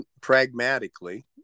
pragmatically